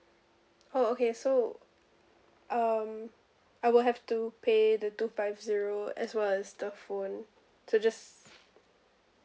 oh okay so um I will have to pay the two five zero as well as the phone so just